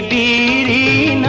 e